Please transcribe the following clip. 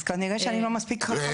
אז כנראה שאני לא מספיק חכמה.